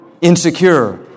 insecure